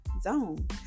zone